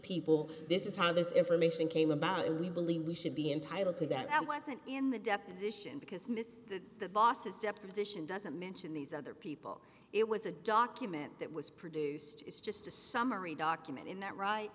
people this is how this information came about and we believe we should be entitled to that and wasn't in the deposition because miss the boss's deposition doesn't mention these other people it was a document that was produced it's just a summary document in that right